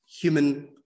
human